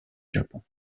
japon